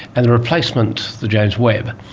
and the replacement, the james webb,